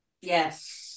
Yes